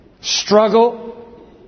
struggle